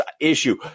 issue